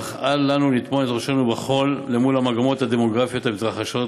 אך אל לנו לטמון את ראשנו בחול מול המגמות הדמוגרפיות המתרחשות